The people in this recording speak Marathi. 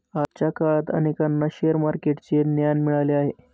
आजच्या काळात अनेकांना शेअर मार्केटचे ज्ञान मिळाले आहे